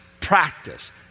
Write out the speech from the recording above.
practice